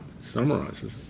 summarizes